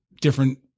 different